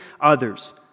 others